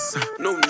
no